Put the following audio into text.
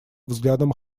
взглядам